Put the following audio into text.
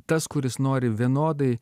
tas kuris nori vienodai